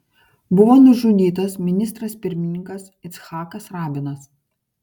buvo nužudytas ministras pirmininkas icchakas rabinas